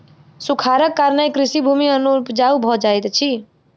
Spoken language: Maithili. सूखाड़क कारणेँ कृषि भूमि अनुपजाऊ भ जाइत अछि